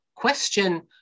question